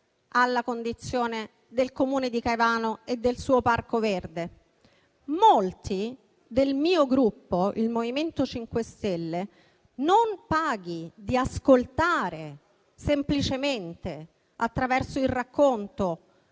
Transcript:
alla condizione del Comune di Caivano e di Parco Verde. Molti del Gruppo cui appartengo, il MoVimento 5 Stelle, non paghi di ascoltare semplicemente attraverso il racconto